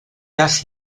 gall